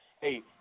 Hey